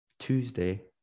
tuesday